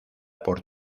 por